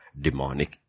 demonic